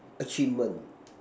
achievement